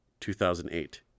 2008